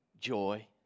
joy